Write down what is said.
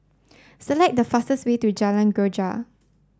select the fastest way to Jalan Greja